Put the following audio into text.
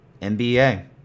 NBA